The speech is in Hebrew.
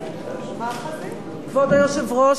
כבוד היושב-ראש,